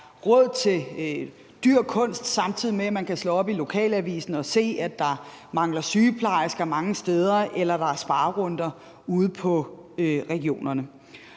råd til dyr kunst, samtidig med at man kan slå op i lokalavisen og se, at der mangler sygeplejersker mange steder, eller at der er sparerunder ude i regionerne.